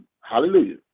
Hallelujah